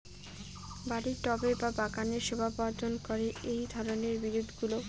বাড়ির টবে বা বাগানের শোভাবর্ধন করে এই ধরণের বিরুৎগুলো